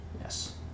Yes